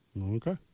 Okay